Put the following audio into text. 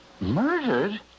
Murdered